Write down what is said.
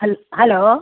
hello